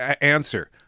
answer